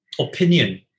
opinion